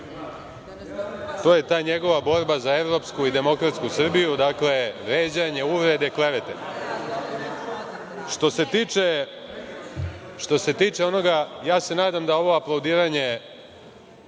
To je ta njegova borba za evropsku i demokratsku Srbiju. Dakle, vređanje, uvrede i klevete. Što se tiče onoga, ja se nadam da mi aplaudiranje